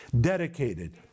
dedicated